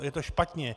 Je to špatně.